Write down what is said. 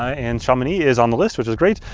ah and chamonix is on the list which is great.